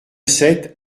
sept